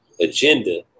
agenda